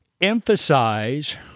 emphasize